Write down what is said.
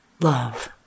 love